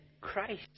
Christ